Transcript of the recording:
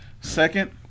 second